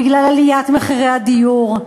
בגלל עליית מחירי הדיור,